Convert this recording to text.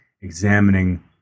examining